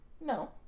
No